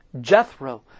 Jethro